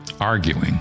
arguing